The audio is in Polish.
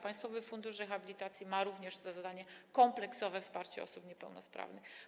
Państwowy fundusz rehabilitacji ma również za zadanie kompleksowe wsparcie osób niepełnosprawnych.